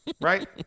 right